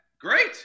great